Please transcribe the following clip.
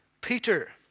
Peter